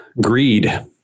greed